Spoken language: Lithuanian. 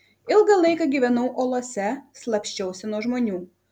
ilgą laiką gyvenau olose slapsčiausi nuo žmonių